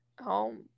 home